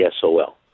SOL